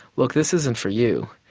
look, this isn't for you.